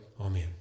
amen